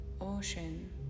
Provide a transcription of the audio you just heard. ocean